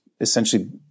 essentially